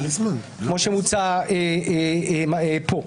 כמו שמוצע פה.